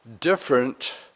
different